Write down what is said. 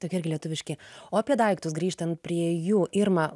tokie lietuviški o apie daiktus grįžtant prie jų irma